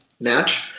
match